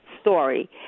story –